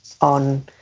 on